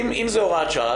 אם זאת הוראת שעה,